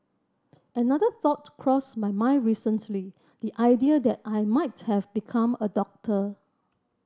another thought crossed my mind recently the idea that I might have become a doctor